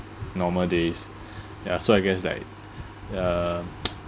normal days ya so I guess like uh